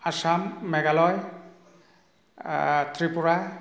Assam Meghalaya Tripura